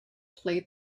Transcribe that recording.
played